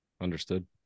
Understood